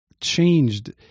changed